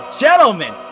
gentlemen